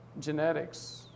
genetics